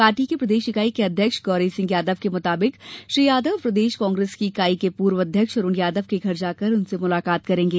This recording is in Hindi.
पार्टी की प्रदेश इकाई के अध्यक्ष गौरी सिंह यादव के मुताबिक श्री यादव प्रदेश कांग्रेस की इकाई के पूर्व अध्यक्ष अरुण यादव के घर जाकर उनसे मुलाकात करेंगे